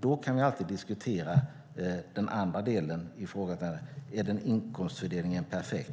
Då kan vi alltid diskutera den andra delen av frågeställningen: Är inkomstfördelningen perfekt?